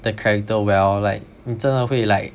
the character well like 你真的会 like